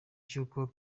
cy’uko